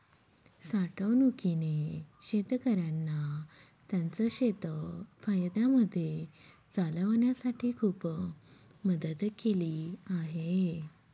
साठवणूकीने शेतकऱ्यांना त्यांचं शेत फायद्यामध्ये चालवण्यासाठी खूप मदत केली आहे